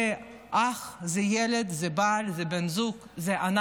זה אח, זה ילד, זה בעל, זה בן זוג, זה אנחנו.